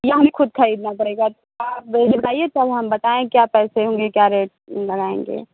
या हमें ख़ुद ख़रीदना पड़ेगा आप बताइए तब हम बताए क्या पैसे होंगे क्या रेट लगाएंगे